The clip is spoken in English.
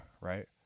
right